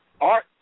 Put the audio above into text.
Art